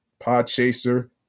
Podchaser